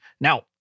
Now